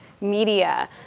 media